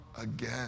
again